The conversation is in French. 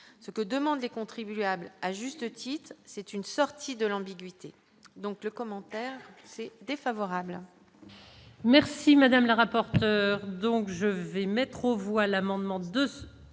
ce que demandent les contribuables à juste titre, c'est une sortie de l'ambiguïté, donc le commentaire assez défavorable.